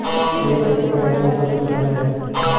मुझे कच्चे कटहल की सब्जी पसंद है